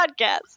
podcast